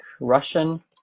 Russian